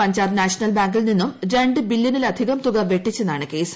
Punjab national ബാങ്കിൽ നിന്നും രണ്ട് ബില്ല്യനിലധികം തുക വെട്ടിച്ചെന്നാണ് കേസ്